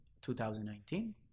2019